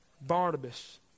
Barnabas